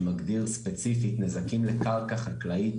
שמגדיר ספציפי נזקים לקרקע חקלאית